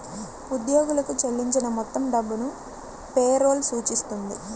ఉద్యోగులకు చెల్లించిన మొత్తం డబ్బును పే రోల్ సూచిస్తుంది